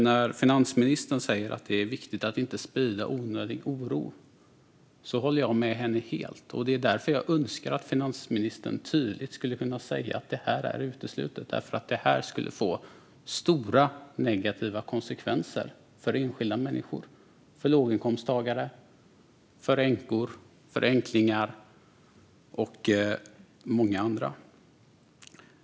När finansministern säger att det är viktigt att inte sprida onödig oro håller jag helt med, och det är därför jag önskar att finansministern tydligt skulle kunna säga att det här är uteslutet, eftersom det skulle få stora negativa konsekvenser för enskilda människor - för låginkomsttagare, för änkor, för änklingar och för många andra.